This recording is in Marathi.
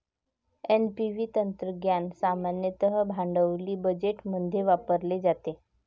एन.पी.व्ही तंत्रज्ञान सामान्यतः भांडवली बजेटमध्ये वापरले जाते